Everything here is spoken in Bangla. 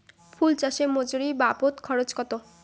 ফুল চাষে মজুরি বাবদ খরচ কত?